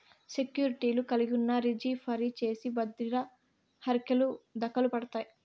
సెక్యూర్టీలు కలిగున్నా, రిజీ ఫరీ చేసి బద్రిర హర్కెలు దకలుపడతాయి